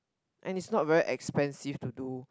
and is not very expensive to do